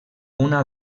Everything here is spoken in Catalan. una